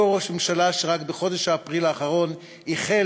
אותו ראש ממשלה שרק בחודש אפריל האחרון איחל